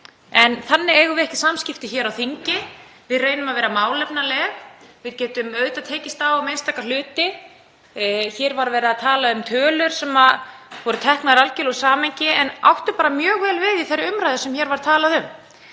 en þannig eigum við ekki samskipti hér á þingi. Við reynum að vera málefnaleg. Við getum auðvitað tekist á um einstaka hluti. Hér var verið að tala um tölur sem voru teknar algerlega úr samhengi en áttu bara mjög vel við í þeirri umræðu sem hér var.